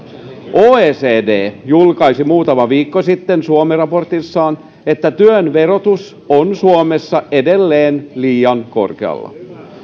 oecd julkaisi muutama viikko sitten suomi raportissaan että työn verotus on suomessa edelleen liian korkealla